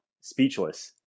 speechless